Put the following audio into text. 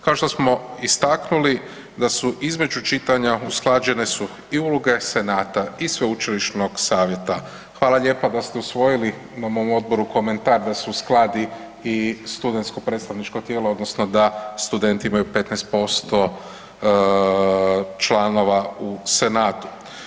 Kao što smo istaknuli da su između čitanja usklađene su i uloge Senata i sveučilišnog savjeta, hvala lijepa da ste usvojili, imamo u odboru komentar, da se uskladi i studentsko predstavničko tijelo odnosno da studenti imaju 15% članova u Senatu.